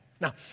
Now